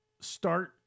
start